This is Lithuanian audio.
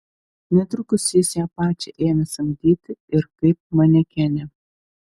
netrukus jis ją pačią ėmė samdyti ir kaip manekenę